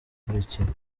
ikurikira